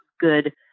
good